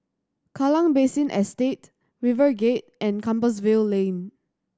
Kallang Basin Estate RiverGate and Compassvale Lane